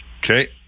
Okay